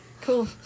Cool